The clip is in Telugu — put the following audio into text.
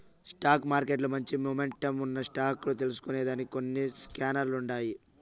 స్టాక్ మార్కెట్ల మంచి మొమెంటమ్ ఉన్న స్టాక్ లు తెల్సుకొనేదానికి కొన్ని స్కానర్లుండాయి